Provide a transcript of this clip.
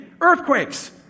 earthquakes